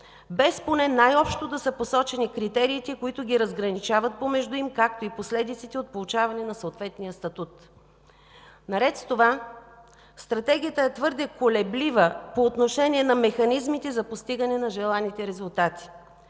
без, поне най-общо, да са посочени критериите, които ги разграничават помежду им, както и последиците от получаване на съответния статут. Наред с това Стратегията е твърде колеблива по отношение на механизмите за постигане на желаните резултати.